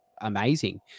amazing